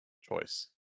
choice